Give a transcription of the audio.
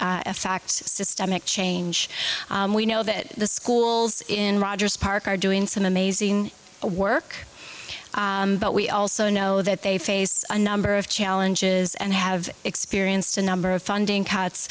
fact systemic change we know that the schools in rogers park are doing some amazing work but we also know that they face a number of challenges and have experienced a number of funding